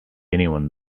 anyone